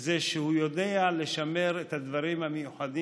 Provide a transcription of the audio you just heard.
הוא שהוא יודע לשמר את הדברים המיוחדים